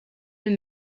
eux